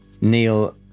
Neil